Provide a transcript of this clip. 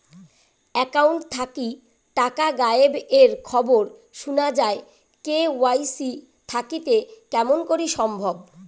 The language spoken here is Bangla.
একাউন্ট থাকি টাকা গায়েব এর খবর সুনা যায় কে.ওয়াই.সি থাকিতে কেমন করি সম্ভব?